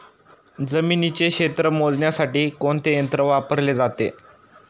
जमिनीचे क्षेत्र मोजण्यासाठी कोणते यंत्र वापरले जाते?